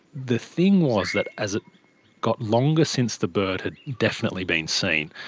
the thing was that as it got longer since the bird had definitely been seen,